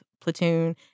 platoon